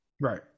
Right